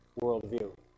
worldview